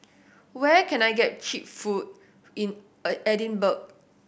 where can I get cheap food in Edinburgh